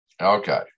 Okay